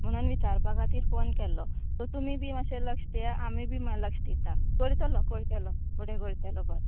म्हणून विचारपा खातीर फोन केल्लो सो तुमी बी मात्शें लक्ष दिया आमी बी मागीर लक्ष दिता करतलो करतलो